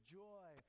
joy